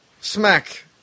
smack